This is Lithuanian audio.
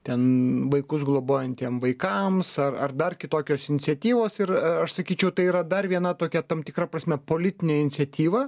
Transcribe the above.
ten vaikus globojantiem vaikams ar ar dar kitokios iniciatyvos ir a aš sakyčiau tai yra dar viena tokia tam tikra prasme politinė iniciatyva